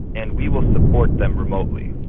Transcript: and we will support them remotely.